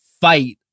fight